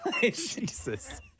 jesus